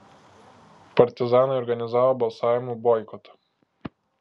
partizanai organizavo balsavimų boikotą